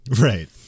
Right